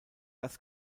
das